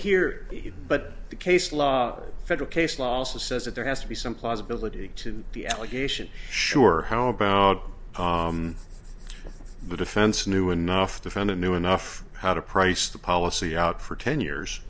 here but the case law federal case law also says that there has to be some plausibility to the allegation sure how about the defense knew enough to fund a new enough how to price the policy out for ten years